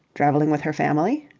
travelling with her family?